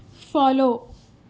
follow